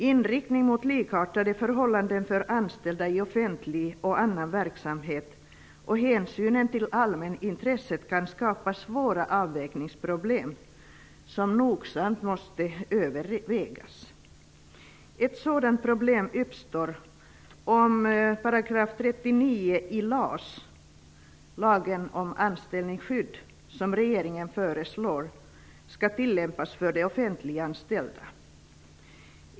Inriktningen mot likartade förhållanden för anställda i offentlig och annan verksamhet samt hänsynen till allmänintresset kan skapa svåra avvägningsproblem som nogsamt måste övervägas. Ett sådant problem uppstår om 39 § LAS, lagen om anställningsskydd, skall -- som regeringen föreslår -- tillämpas när det gäller de offentliganställda.